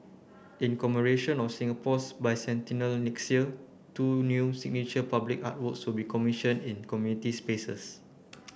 in commemoration of Singapore's Bicentennial next year two new signature public artworks so be commissioned in community spaces